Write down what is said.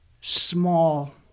small